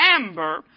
amber